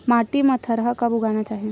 माटी मा थरहा कब उगाना चाहिए?